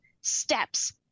steps